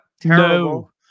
terrible